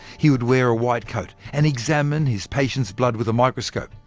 he would wear a white coat, and examine his patient's blood with a microscope.